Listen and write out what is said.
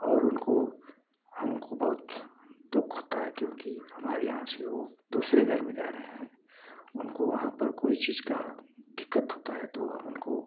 और उनको हमको बहुत दुख होता है क्योंकि हमारे यहाँ से वह दूसरे घर में जा रहे हैं उनको वहाँ पर कोई चीज़ का दिक्कत होता है तो हम उनको